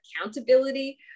accountability